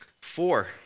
Four